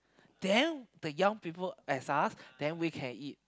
then the young people as us then we can eat